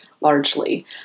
largely